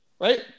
right